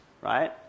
right